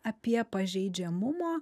apie pažeidžiamumo